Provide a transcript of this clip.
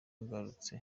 bagarutse